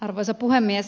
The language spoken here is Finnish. arvoisa puhemies